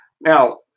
now